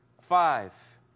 Five